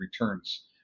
returns